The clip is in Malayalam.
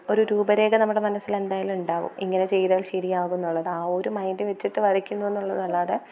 ഒരു രൂപരേഖ നമ്മുടെ മനസ്സിൽ എന്തായാലും ഇണ്ടാകും ഇങ്ങനെ ചെയ്താൽ ശരിയാകും എന്നുള്ളത് ആ ഒരു മൈൻഡ് വെച്ചിട്ട് വരയ്ക്കുന്നു എന്നുള്ളതല്ലാതെ